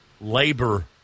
labor